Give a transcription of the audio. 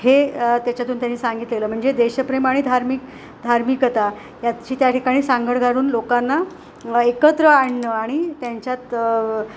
हे त्याच्यातून त्यांनी सांगितलेलं म्हणजे देशप्रेम आणि धार्मिक धार्मिकता याची त्या ठिकाणी सांगड घालून लोकांना एकत्र आणणं आणि त्यांच्यात